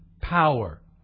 power